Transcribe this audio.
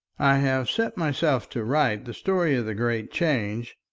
i have set myself to write the story of the great change,